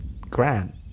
Grand